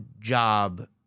job